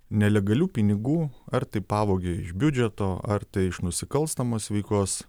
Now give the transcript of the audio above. nelegalių pinigų ar tai pavogė iš biudžeto ar tai iš nusikalstamos veikos